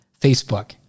Facebook